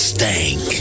Stank